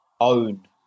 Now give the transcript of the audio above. own